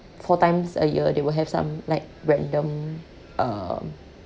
four times a year they will have some like random uh